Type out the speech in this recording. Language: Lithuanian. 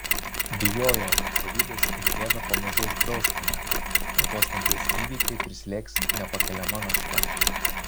bijojau kad pavydas ir gėda pamažu užgrauš mane o tos nakties įvykiai prislėgs nepakeliama našta